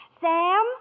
Sam